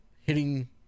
hitting